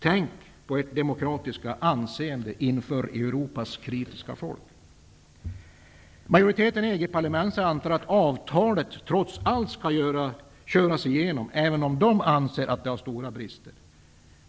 Tänk på ert demokratiska anseende inför Europas kritiska folk! Majoriteten i EG-parlamentet anser att avtalet trots allt skall drivas igenom, även om den anser att det har stora brister.